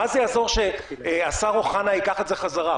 מה זה יעזור שהשר אוחנה ייקח את זה חזרה?